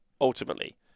ultimately